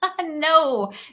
No